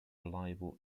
reliable